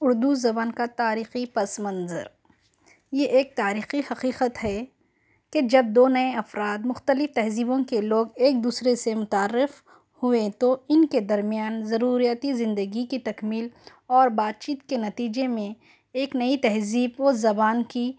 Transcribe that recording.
اُردو زبان کا تاریخی پس منظر یہ ایک تاریخی حقیقت ہے کہ جب دو نئے افراد مختلف تہذیبوں کے لوگ ایک دوسرے سے متعرف ہوئے تو اِن کے درمیان ضروریاتی زندگی کی تکمیل اور بات چیت کے نتیجے میں ایک نئی تہذیب و زبان کی